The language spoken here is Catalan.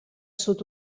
sud